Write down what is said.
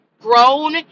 grown